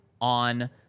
on